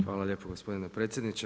Hvala lijepo gospodine predsjedniče.